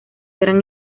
gran